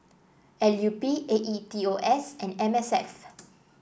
L U P A E T O S and M S F